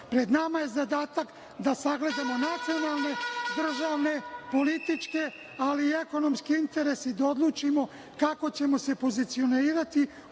nama je zadatak da sagledamo nacionalne, državne, političke, ali i ekonomske interese da odlučimo kako ćemo se pozicionirati